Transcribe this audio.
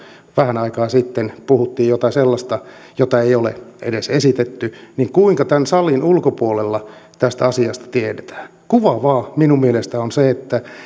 vähän aikaa sitten puhuttiin jotain sellaista jota ei ole edes esitetty niin kuinka tämän salin ulkopuolella tästä asiasta tiedetään kuvaavaa minun mielestäni on seuraava